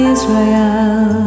Israel